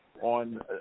on